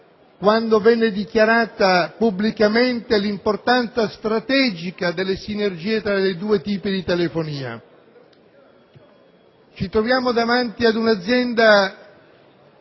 quando venne dichiarata pubblicamente l'importanza strategica delle sinergie tra i due tipi di telefonia. Ci troviamo di fronte ad un' azienda